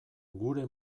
gure